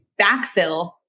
backfill